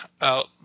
out